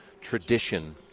tradition